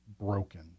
broken